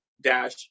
dash